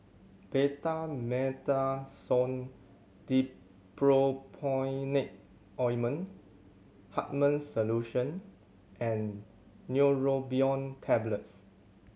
Betamethasone Dipropionate Ointment Hartman's Solution and Neurobion Tablets